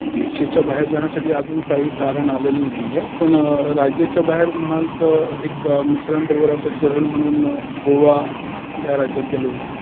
देशाच्या बाहेर जाण्यासाठी अजून काही कारण आलेलं नाही आहे पण राज्याच्या बाहेर म्हणाल तर एक मित्रांबरोबर असं सहल म्हणून गोवा ह्या राज्यात गेलो होतो